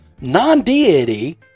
non-deity